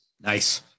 Nice